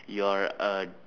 you are a